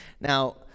now